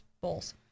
bowls